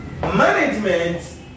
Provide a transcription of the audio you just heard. management